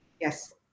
yes